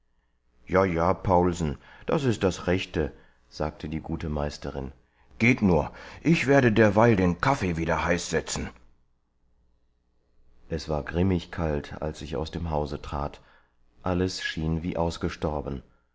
ja ja paulsen das ist das rechte sagte die gute meisterin geht nur ich werde derweil den kaffee wieder heiß setzen es war grimmig kalt als ich aus dem hause trat alles schien wie ausgestorben